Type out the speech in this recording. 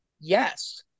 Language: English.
yes